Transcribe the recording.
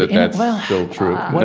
that's still so true?